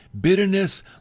bitterness